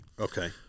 Okay